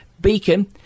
Beacon